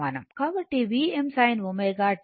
కాబట్టిVm sin ω t